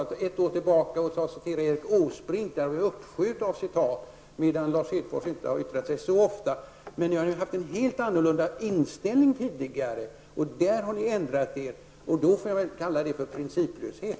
Det kan anföras en uppsjö av citat av Erik Åsbrink för detta, medan Lars Hedfors inte har yttrat sig så ofta. Ni har tidigare haft en helt annan inställning, som ni har ändrat. Jag får väl kalla det för principlöshet.